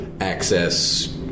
access